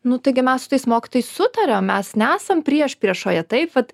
nu taigi mes su tais mokytojais sutariam mes nesam priešpriešoje taip vat